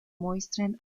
muestran